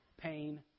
pain